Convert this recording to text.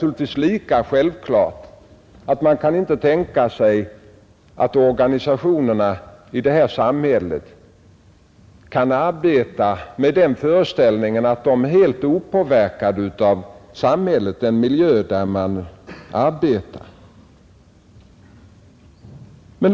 Lika klart är det att organisationerna i vårt samhälle inte kan arbeta med den föreställningen att de är helt opåverkade av samhället och av den miljö som vi lever i.